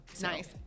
nice